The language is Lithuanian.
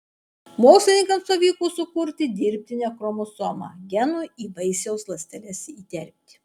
mokslininkams pavyko sukurti dirbtinę chromosomą genui į vaisiaus ląsteles įterpti